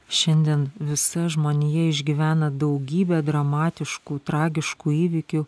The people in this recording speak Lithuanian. šiandien visa žmonija išgyvena daugybę dramatiškų tragiškų įvykių